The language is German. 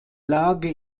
lage